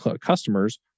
customers